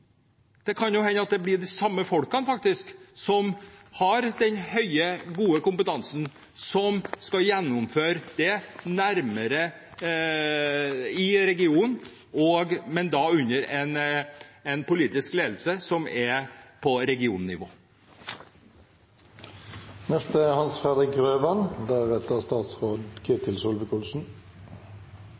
Det kan jo hende at det blir de samme folkene – som har den høye, gode kompetansen – som skal gjennomføre dette nærmere i regionen, men da under en politisk ledelse som er på